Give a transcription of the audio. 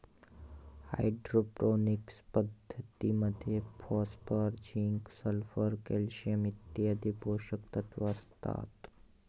hydroponics पद्धतीमध्ये phosphorus, zinc, sulphur, calcium इत्यादी पोषकतत्व असतात